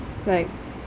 like